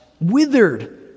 withered